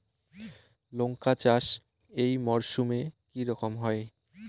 লঙ্কা চাষ এই মরসুমে কি রকম হয়?